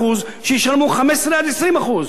שישלמו 15% 20%. מה,